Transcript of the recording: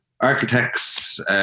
architects